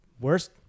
worst